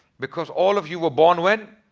because all of you were born when.